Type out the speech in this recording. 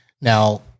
Now